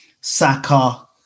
Saka